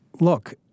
look